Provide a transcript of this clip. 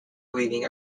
weaving